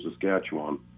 Saskatchewan